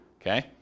Okay